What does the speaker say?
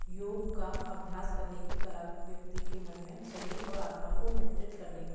योग का अभ्यास करने की कला व्यक्ति के मन मे शरीर और आत्मा को नियंत्रित करने